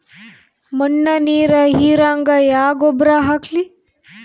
ಮಣ್ಣ ನೀರ ಹೀರಂಗ ಯಾ ಗೊಬ್ಬರ ಹಾಕ್ಲಿ?